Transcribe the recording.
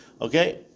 okay